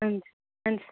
हुन्छ हुन्छ